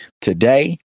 today